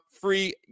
free